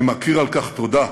אני מכיר על כך טובה